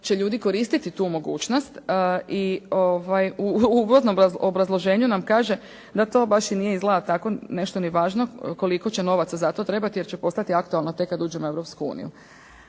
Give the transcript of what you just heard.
će ljudi koristiti tu mogućnost i u uvodnom obrazloženju nam kaže da to baš i nije izgleda tako nešto ni važno koliko će novaca za to trebati jer će postati aktualno tek kad uđemo u